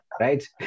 right